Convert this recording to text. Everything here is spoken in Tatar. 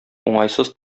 уңайсыз